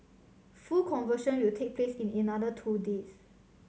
full conversion will take place in another two days